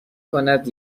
کند